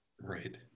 Right